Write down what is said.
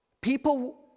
People